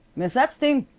miss epstein!